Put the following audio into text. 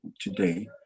today